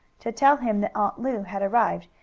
to tell him that aunt lu had arrived,